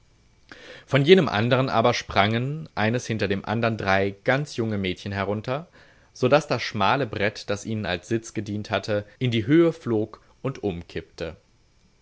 von jenem andern aber sprangen eines hinter dem andern drei ganz junge mädchen herunter so daß das schmale brett das ihnen als sitz gedient hatte in die höhe flog und umkippte